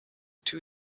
two